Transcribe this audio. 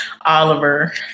Oliver